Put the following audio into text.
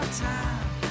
time